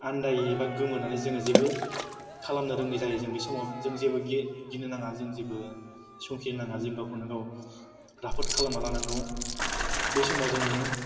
आन्दायो एबा गोमोनानै जोङो जेबो खालामनो रोङि जायो जों बे समाव जों जेबो गिनो नाङा जों जेबो समखिनो नाङा जों गावखौनो गाव राफोद खालामना लानांगौ बे समाव जोङो